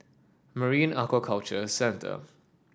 Marine Aquaculture Centre